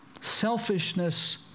Selfishness